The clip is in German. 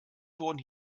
wurden